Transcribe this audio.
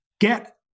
Get